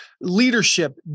Leadership